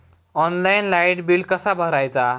Online light bill कसा भरायचा?